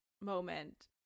moment